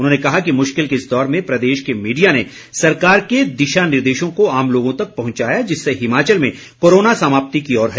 उन्होंने कहा कि मुश्किल के इस दौर में प्रदेश के मीडिया ने सरकार के दिशा निर्देशों को आम लोगों तक पहुंचाया जिससे हिमाचल में कोरोना समाप्ति की ओर है